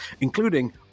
including